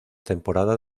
temporada